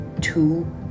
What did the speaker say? two